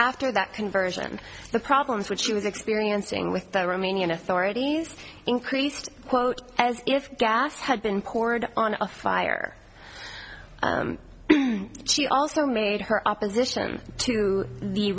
after that conversion the problems which she was experiencing with the romanian authorities increased quote as if gas had been poured on a fire she also made her opposition to